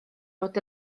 fod